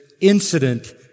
incident